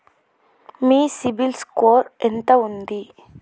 మీ CIBIL score ఎంత ఉంది?